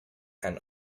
and